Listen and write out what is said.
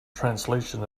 translation